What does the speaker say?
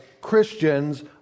Christians